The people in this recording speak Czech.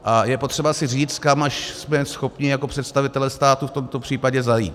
A je potřeba si říct, kam až jsme schopni jako představitelé státu v tomto případě zajít.